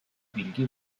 bilgi